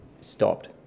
stopped